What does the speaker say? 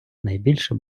найбільше